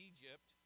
Egypt